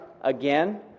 again